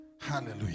Hallelujah